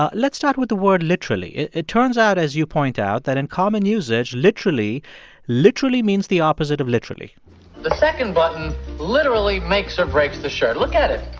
let's start with the word literally. it it turns out, as you point out, that in common usage, literally literally means the opposite of literally the second button literally makes or breaks the shirt. look at it,